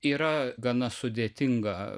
yra gana sudėtinga